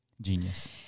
Genius